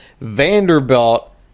Vanderbilt